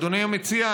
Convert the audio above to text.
אדוני המציע,